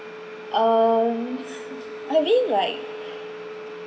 uh I mean like